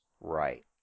Right